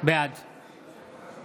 בעד